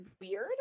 weird